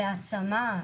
להעצמה,